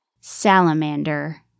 Salamander